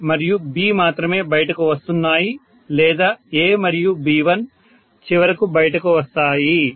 A మరియు B మాత్రమే బయటకు వస్తున్నాయి లేదా A మరియు B1 చివరకు బయటకు వస్తాయి